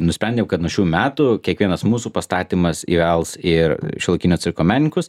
nusprendėm kad nuo šių metų kiekvienas mūsų pastatymas įvels ir šiuolaikinio cirko menininkus